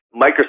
Microsoft